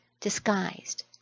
disguised